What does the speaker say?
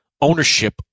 ownership